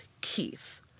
Keith